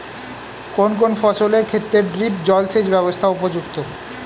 কোন কোন ফসলের ক্ষেত্রে ড্রিপ জলসেচ ব্যবস্থা উপযুক্ত?